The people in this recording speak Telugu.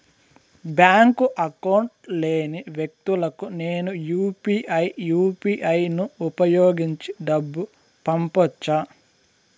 బ్యాంకు అకౌంట్ లేని వ్యక్తులకు నేను యు పి ఐ యు.పి.ఐ ను ఉపయోగించి డబ్బు పంపొచ్చా?